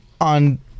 on